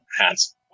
hands